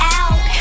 out